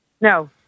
No